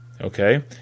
Okay